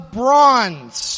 bronze